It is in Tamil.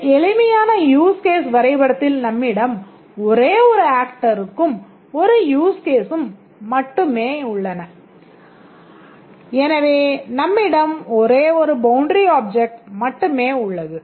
இந்த எளிமையான யூஸ் கேஸ் வரைபடத்தில் நம்மிடம் ஒரே ஒரு ஆக்டரும் ஒரு யூஸ் கேசும் மட்டுமே உள்ளன எனவே நம்மிடம் ஒரே ஒருபவுண்டரி ஆப்ஜெக்ட் மட்டுமே உள்ளது